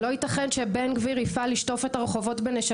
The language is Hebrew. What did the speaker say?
לא ייתכן שבן גביר יפעל לשטוף את הרחובות בנשים